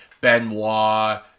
Benoit